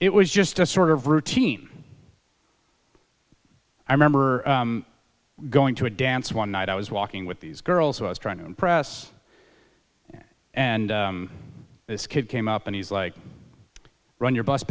it was just a sort of routine i remember going to a dance one night i was walking with these girls who i was trying to impress and this kid came up and he's like run your bus